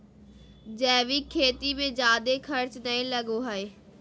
जैविक खेती मे जादे खर्च नय लगो हय